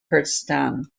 kurdistan